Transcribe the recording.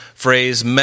phrase